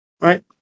right